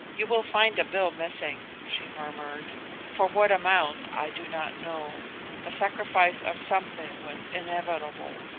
you will find a bill missing she murmured for what amount i do not know the sacrifice of something was inevitable